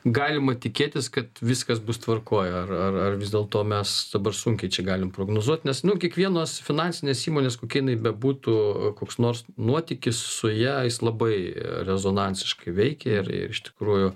galima tikėtis kad viskas bus tvarkoj ar ar ar vis dėlto mes dabar sunkiai čia galim prognozuot nes nu kiekvienas finansinės įmonės kokia jinai bebūtų koks nors nuotykis su ja jis labai rezonansinsiškai veikia ir iš tikrųjų